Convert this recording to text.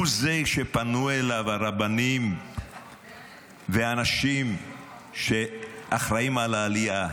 הוא זה שפנו אליו הרבנים ואנשים שאחראים לעלייה,